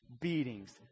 beatings